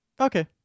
Okay